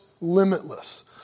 limitless